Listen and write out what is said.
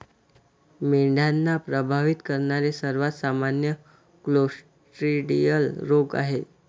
मेंढ्यांना प्रभावित करणारे सर्वात सामान्य क्लोस्ट्रिडियल रोग आहेत